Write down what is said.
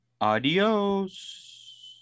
Adios